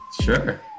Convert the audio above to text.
sure